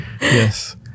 Yes